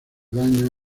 daños